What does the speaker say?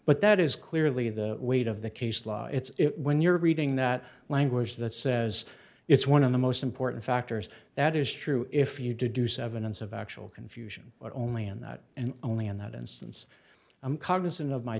but that is clearly the weight of the case law it's when you're reading that language that says it's one of the most important factors that is true if you do seven ends of actual confusion but only in that and only in that instance i'm cognizant of my